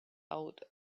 out